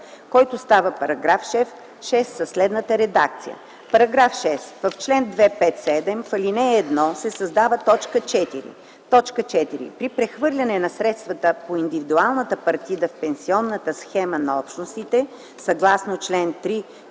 който става § 6 със следната редакция: „§ 6. В чл. 257, в ал. 1 се създава т. 4: „4. при прехвърляне на средствата по индивидуалната партида в пенсионната схема на Общностите съгласно чл.